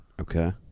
Okay